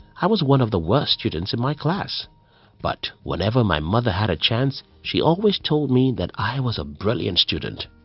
i was one of the worst students in my class but whenever my mother had a chance, she always told me that i was a brilliant student.